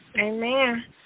Amen